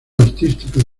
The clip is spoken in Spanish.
artístico